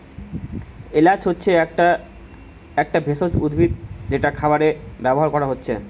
এলাচ হচ্ছে একটা একটা ভেষজ উদ্ভিদ যেটা খাবারে ব্যাভার কোরা হচ্ছে